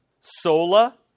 Sola